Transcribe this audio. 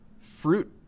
fruit